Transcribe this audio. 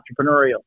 entrepreneurial